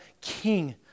King